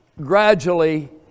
gradually